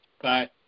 Bye